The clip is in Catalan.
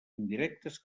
indirectes